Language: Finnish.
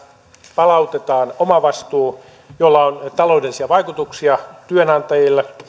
palautetaan omavastuu millä on taloudellisia vaikutuksia työnantajille